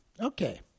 Okay